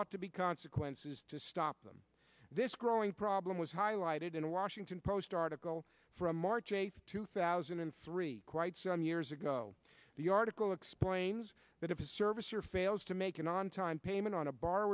ought to be consequences to stop them this growing problem was highlighted in a washington post article from march eighth two thousand and three quite some years ago the article explains that if a service or fails to make an on time payment on a b